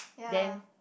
then